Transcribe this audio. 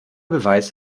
beweis